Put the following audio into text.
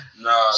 Nah